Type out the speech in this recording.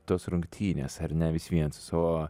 tos rungtynės ar ne vis vien su savo